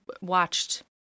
watched